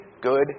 good